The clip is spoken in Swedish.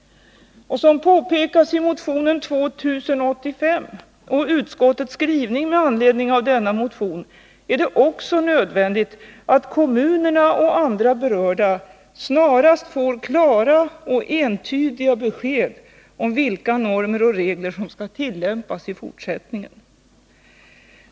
Som påpekas i motionen 2085 och i utskottets skrivning med anledning av denna motion är det också nödvändigt att kommunerna och andra berörda snarast får klara och entydiga besked om vilka normer och regler som skall tillämpas i fortsättningen.